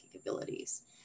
abilities